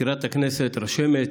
מזכירת הכנסת, רשמת,